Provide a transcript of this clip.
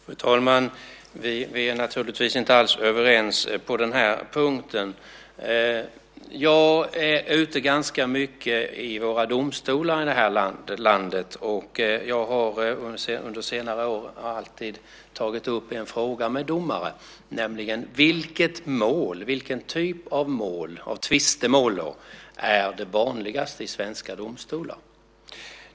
Fru talman! Vi är naturligtvis inte alls överens på den punkten. Jag är ute ganska mycket i våra domstolar i det här landet. Jag har under senare år alltid tagit upp en fråga med domare: Vilken typ av tvistemål är det vanligaste i svenska domstolar?